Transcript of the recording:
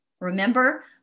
Remember